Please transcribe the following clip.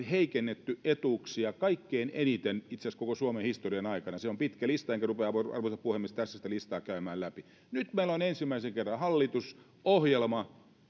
heikennetty etuuksia kaikkein eniten itse asiassa koko suomen historian aikana se on pitkä lista enkä rupea arvoisa puhemies tässä sitä listaa käymään läpi nyt meillä on ensimmäisen kerran hallitusohjelma